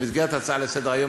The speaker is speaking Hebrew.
במסגרת הצעה לסדר-היום,